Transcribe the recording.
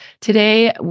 Today